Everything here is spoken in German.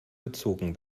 gezogen